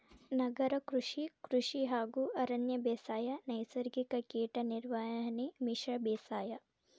ನಗರ ಕೃಷಿ, ಕೃಷಿ ಹಾಗೂ ಅರಣ್ಯ ಬೇಸಾಯ, ನೈಸರ್ಗಿಕ ಕೇಟ ನಿರ್ವಹಣೆ, ಮಿಶ್ರ ಬೇಸಾಯ